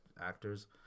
actors